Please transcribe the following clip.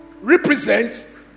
represents